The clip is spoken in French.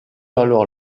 alors